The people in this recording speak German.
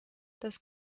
das